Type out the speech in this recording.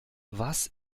was